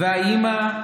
והאימא,